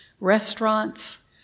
restaurants